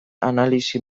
analisi